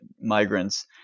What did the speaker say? migrants